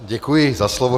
Děkuji za slovo.